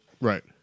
Right